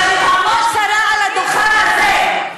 אבל שתעמוד שרה על הדוכן הזה,